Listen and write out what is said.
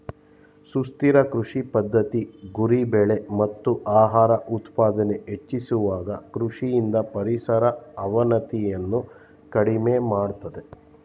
ಸುಸ್ಥಿರ ಕೃಷಿ ಪದ್ಧತಿ ಗುರಿ ಬೆಳೆ ಮತ್ತು ಆಹಾರ ಉತ್ಪಾದನೆ ಹೆಚ್ಚಿಸುವಾಗ ಕೃಷಿಯಿಂದ ಪರಿಸರ ಅವನತಿಯನ್ನು ಕಡಿಮೆ ಮಾಡ್ತದೆ